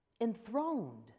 enthroned